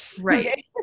right